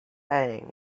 setting